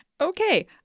Okay